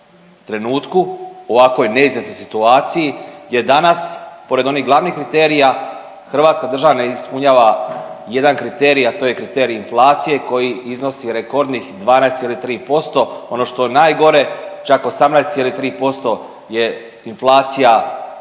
trenutku i u ovakvoj neizvjesnoj situaciji jer danas pored onih glavnih kriterija hrvatska država ne ispunjava jedan kriterij, a to je kriterij inflacije koji iznosi rekordnih 12,3%, ono što je najgore čak 18,3% je inflacija